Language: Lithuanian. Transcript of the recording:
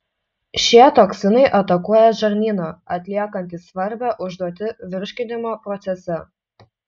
šie toksinai atakuoja žarnyną atliekantį svarbią užduotį virškinimo procese